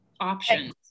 Options